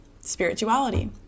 spirituality